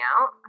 out